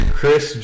Chris